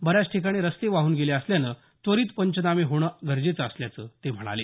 बऱ्याच ठिकाणी रस्ते वाहून गेले असल्यामुळे त्वरित पंचनामे होणे गरजेचं असल्याचं ते म्हणाले